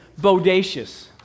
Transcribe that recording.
Bodacious